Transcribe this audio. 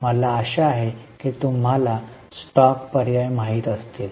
मला आशा आहे की तुम्हाला स्टॉक पर्याय माहित असतील